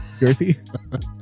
girthy